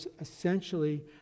essentially